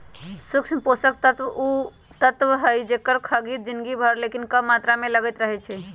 सूक्ष्म पोषक तत्व उ तत्व हइ जेकर खग्गित जिनगी भर लेकिन कम मात्र में लगइत रहै छइ